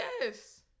Yes